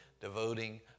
devoting